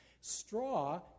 Straw